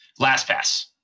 LastPass